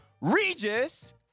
Regis